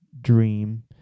Dream